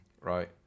right